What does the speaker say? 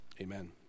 Amen